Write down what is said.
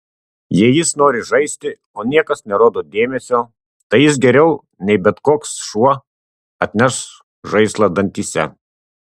jei jis nori žaisti o niekas nerodo dėmesio tai jis geriau nei bet koks šuo atneš žaislą dantyse